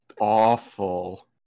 awful